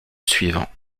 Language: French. suivant